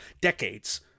decades